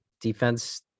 defense